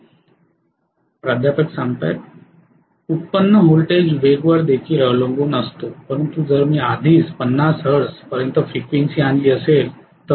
professor व्युत्पन्न voltage वेगवर देखील अवलंबून असतो परंतु जर मी आधीच 50 हर्ट्ज पर्यंत फ्रिक्वेन्सी आणली असेल तर